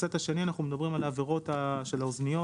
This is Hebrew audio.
בסט השני אנחנו מדברים על עבירות של אוזניות,